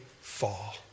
fall